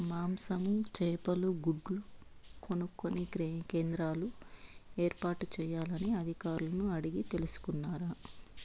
మాంసము, చేపలు, గుడ్లు కొనుక్కొనే కేంద్రాలు ఏర్పాటు చేయాలని అధికారులను అడిగి తెలుసుకున్నారా?